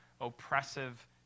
oppressive